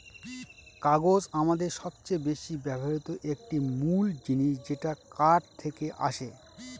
কাগজ আমাদের সবচেয়ে বেশি ব্যবহৃত একটি মূল জিনিস যেটা কাঠ থেকে আসে